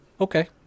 Okay